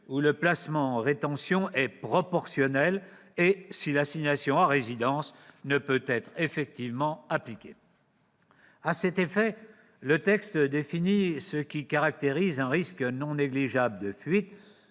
où le placement en rétention est proportionnel et si l'assignation à résidence ne peut être effectivement appliquée. À cet effet, le texte définit ce qui caractérise un « risque non négligeable de fuite